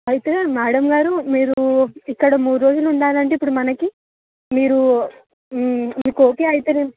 అయితే మ్యాడమ్ గారు మీరు ఇక్కడ మూడు రోజులు ఉండాలంటే ఇప్పుడు మనకి మీరు మీకు ఓకే అయితే